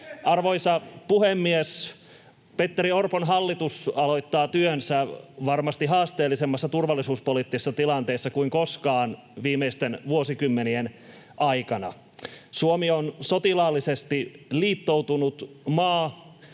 Arvoisa puhemies! Petteri Orpon hallitus aloittaa työnsä varmasti haasteellisemmassa turvallisuuspoliittisessa tilanteessa kuin koskaan viimeisten vuosikymmenien aikana. Suomi on sotilaallisesti liittoutunut maa.